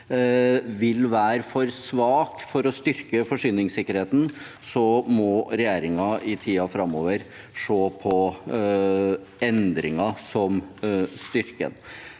vil være for svak for å styrke forsyningssikkerheten, må regjeringen i tiden framover se på endringer som styrker